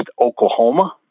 Oklahoma